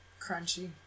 Crunchy